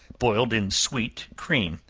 boiled in sweet cream,